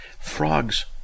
frogs